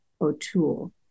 O'Toole